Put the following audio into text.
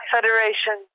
Federation